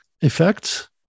effect